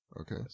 Okay